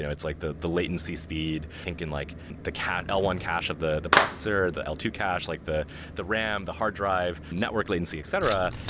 it's like the the latency speed, thinking like the l one cache of the the processor, the l two cache, like the the ram, the hard drive, network latency, etc.